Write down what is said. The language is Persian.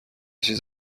چیز